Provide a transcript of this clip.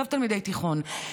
עזוב תלמידי תיכון,